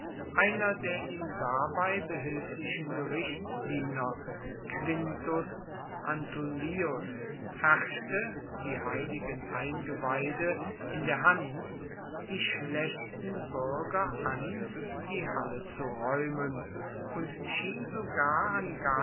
einer der ihm dabei behilflichen gerichtsdiener quintus antullius herrschte die heiligen eingeweide in der hand die schlechten bürger an die halle zu räumen und schien sogar an